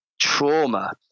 trauma